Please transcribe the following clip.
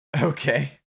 Okay